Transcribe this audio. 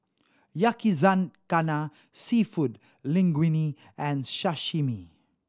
Yakizakana Seafood Linguine and Sashimi